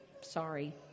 Sorry